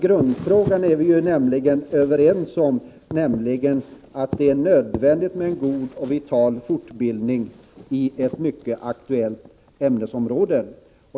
Grundfrågan är vi ju överens om, nämligen att det är nödvändigt med en god och vital fortbildning på ett mycket aktuellt ämnesområde.